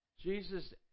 Jesus